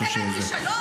בגלל שיש לי דקה,